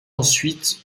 ensuite